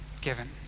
given